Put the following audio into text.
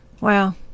Wow